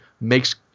makes